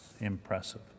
impressive